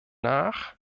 nach